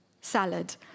salad